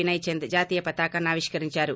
వినయ్ చంద్ జాతీయ పతాకాన్సి ఆవిష్కరించారు